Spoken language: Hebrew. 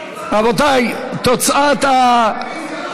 ההצעה להעביר לוועדה את הצעת חוק